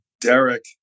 Derek